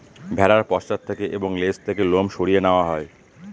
ভেড়ার পশ্চাৎ থেকে এবং লেজ থেকে লোম সরিয়ে নেওয়া হয়